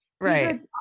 Right